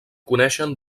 coneixen